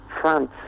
France